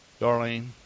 Darlene